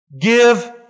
Give